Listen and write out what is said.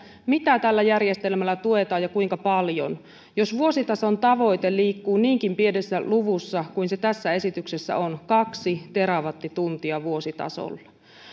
mitä tällä järjestelmällä tuetaan ja kuinka paljon jos vuositason tavoite liikkuu niinkin pienessä luvussa kuin se tässä esityksessä on kaksi terawattituntia vuositasolla